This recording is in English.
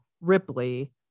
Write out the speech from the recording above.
Ripley